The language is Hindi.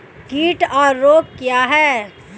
कीट और रोग क्या हैं?